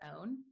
own